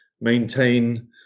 maintain